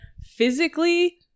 physically